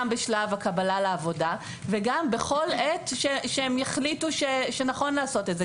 גם בשלב הקבלה לעבודה וגם בכל עת שהם יחליטו שנכון לעשות את זה,